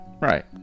Right